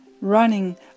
running